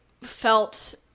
felt